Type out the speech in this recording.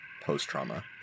post-trauma